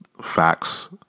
facts